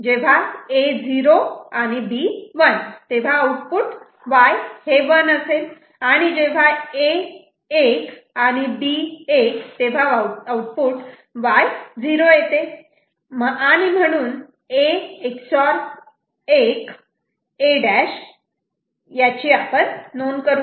जेव्हा A 0 B1 तेव्हा output Y 1 आणि जेव्हा A 1 B1 तेव्हा आउटपुट Y 0 येते आणि म्हणून A Ex OR 1 A' तर आपण याची नोंद करू